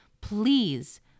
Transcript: please